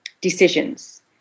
decisions